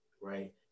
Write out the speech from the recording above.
right